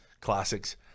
classics